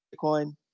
Bitcoin